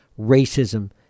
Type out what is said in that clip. racism